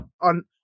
On